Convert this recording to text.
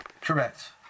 Correct